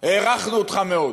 הערכנו אותך מאוד,